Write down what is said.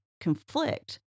conflict